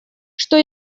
что